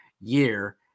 year